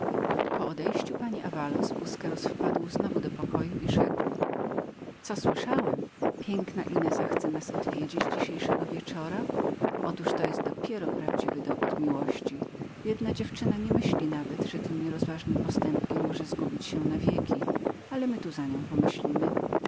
po odejściu pani davaloz busqueros wpadł znowu do pokoju i rzekł co słyszałem piękna ineza chce nas odwiedzić dzisiejszego wieczora otóż to jest dopiero prawdziwy dowód miłości biedna dziewczyna nie myśli nawet że tym nierozważnym postępkiem może zgubić się na wieki ale my tu za nią pomyślimy